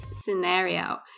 scenario